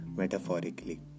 metaphorically